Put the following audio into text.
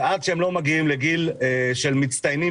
ועד שהם לא מגיעים לגיל של מצטיינים